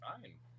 fine